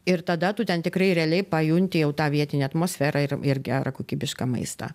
ir tada tu ten tikrai realiai pajunti jau tą vietinę atmosferą ir ir gerą kokybišką maistą